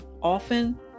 often